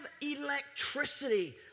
electricity